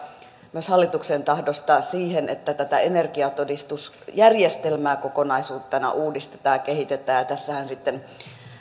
myös hallituksen tahdosta siihen että tätä energiatodistusjärjestelmää kokonaisuutena uudistetaan ja kehitetään ja tässähän sitten